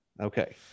okay